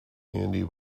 andy